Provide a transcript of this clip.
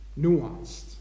nuanced